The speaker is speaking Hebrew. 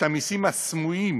את המסים הסמויים,